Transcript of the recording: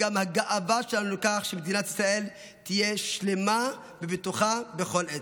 הם הגאווה שלנו על כך שמדינת ישראל תהיה שלמה ובטוחה בכל עת.